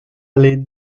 les